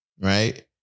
right